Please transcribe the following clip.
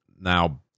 Now